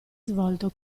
svolto